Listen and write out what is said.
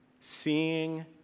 seeing